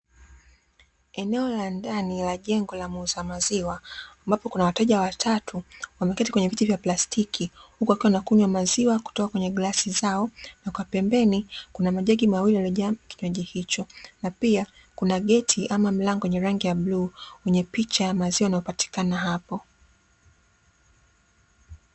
Eneo la ndani la jengo la muuza maziwa ambapo kuna wateja watatu wameketi kwenye viti vya plastiki huku wakiwa wanakunywa maziwa kutoka kwenye glasi zao, na pembeni kuna majagi makubwa mawili yamejaa kinywaji hicho na pia kuna geti ama mlango wenye rangi ya bluu wenye picha ya maziwa yanayopatikana hapo.